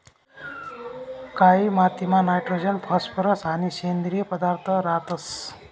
कायी मातीमा nitrogen phosphorus आणि सेंद्रिय पदार्थ रातंस